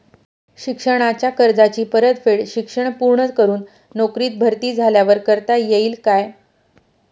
शिक्षणाच्या कर्जाची परतफेड शिक्षण पूर्ण करून नोकरीत भरती झाल्यावर करता येईल काय?